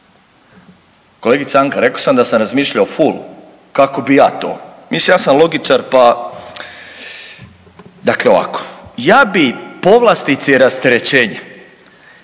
Kolegice Anka rekao sam da sam razmišljao full kako bi ja to, mislim ja sam logičar pa, dakle ovako ja bi povlastice i rasterećenja,